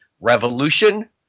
Revolution